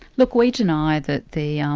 look we deny that the um